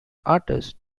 artists